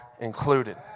included